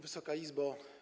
Wysoka Izbo!